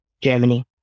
Germany